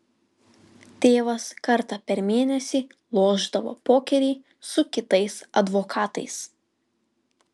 tėvas kartą per mėnesį lošdavo pokerį su kitais advokatais